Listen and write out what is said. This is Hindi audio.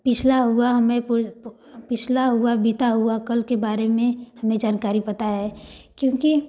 पिछला हुआ हमें पिछला हुआ बीता हुआ कल के बारे में हमें जानकारी पता है क्योंकि